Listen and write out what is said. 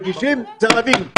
צריך להבין,